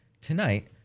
Tonight